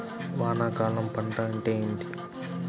వానాకాలం పంట అంటే ఏమిటి?